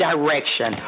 Direction